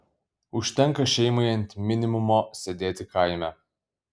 užtenka šeimai ant minimumo sėdėti kaime